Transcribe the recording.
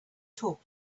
talk